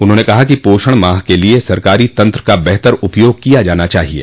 उन्होंने कहा कि पोषण माह के लिये सरकारी तंत्र का बेहतर उपयोग किया जाना चाहिये